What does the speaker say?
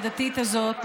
הדתית הזאת,